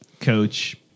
coach